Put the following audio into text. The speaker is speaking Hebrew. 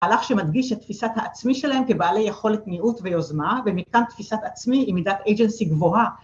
‫הלך שמדגיש את תפיסת העצמי שלהם ‫כבעלי יכולת מיעוט ויוזמה, ‫ומכאן תפיסת עצמי ‫עם מידת אג'נסי גבוהה.